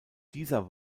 dieser